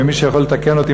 ומי שיכול לתקן אותי,